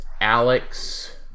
Alex